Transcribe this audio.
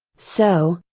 so,